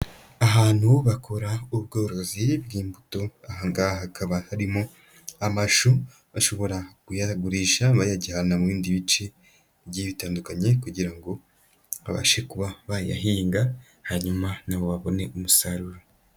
Ahantu bakora ubworozi bw'imbuto, aha ngaha hakaba harimo amashu, bashobora kuyagurisha bayajyana mu bindi bice bitandukanye kugira ngo babashe kuba bayahinga, hanyuma na bo babone umusaruro.